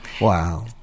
Wow